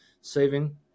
saving